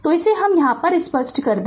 तो इसे हम यहाँ स्पष्ट कर दे